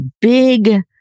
big